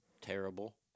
Terrible